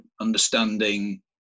understanding